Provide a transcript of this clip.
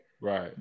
Right